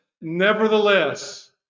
nevertheless